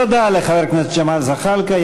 תודה לחבר הכנסת ג'מאל זחאלקה.